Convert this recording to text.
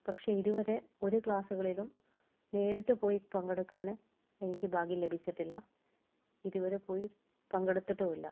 പക്ഷേ ഇതുവരെ ഒരു ക്സാസ്സുകളിലും നേരിട്ട് പോയി പങ്കെടുക്കാൻ എനിക്ക് ഭാഗ്യം ലഭിച്ചിട്ടില്ല ഇതുവരെ പോയി പങ്കെടുത്തിട്ടുമില്ല